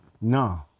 No